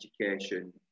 education